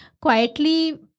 quietly